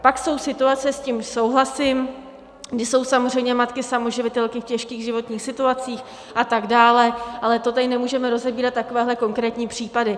Pak jsou situace, s tím souhlasím, kdy jsou samozřejmě matky samoživitelky v těžkých životních situacích a tak dále, ale to tady nemůžeme rozebírat, takovéhle konkrétní případy.